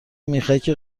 میخک